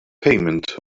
payment